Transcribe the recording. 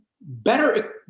better